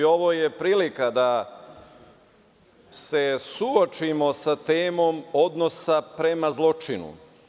Ovo je prilika da se suočimo sa temom odnosa prema zločinu.